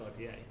IPA